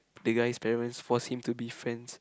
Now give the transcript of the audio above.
the guy's parents force him to be friends